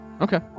Okay